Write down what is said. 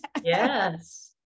yes